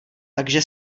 takže